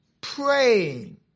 Praying